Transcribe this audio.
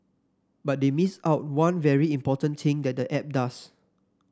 but they missed out one very important thing that the app does